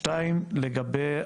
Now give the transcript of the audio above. שתיים, לגבי